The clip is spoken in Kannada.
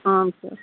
ಹಾಂ ಸರ್